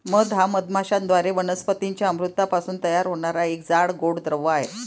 मध हा मधमाश्यांद्वारे वनस्पतीं च्या अमृतापासून तयार होणारा एक जाड, गोड द्रव आहे